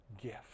gift